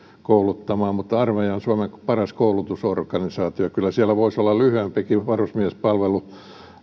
kouluttamaan mutta armeija on suomen paras koulutusorganisaatio kyllä siellä voisi olla lyhyempikin varusmiespalvelus